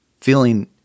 feeling